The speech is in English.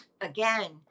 again